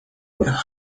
the